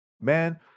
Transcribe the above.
Man